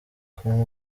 com